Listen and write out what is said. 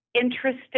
interesting